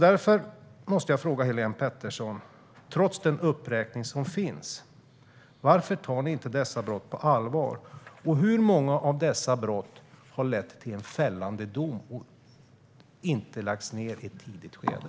Därför måste jag, trots den uppräkning som finns, fråga Helene Petersson: Varför tar ni inte dessa brott på allvar? Hur många av dessa brott har lett till en fällande dom? Hur många gånger har utredningar lagts ned i ett tidigt skede?